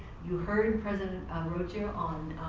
you heard president rocha on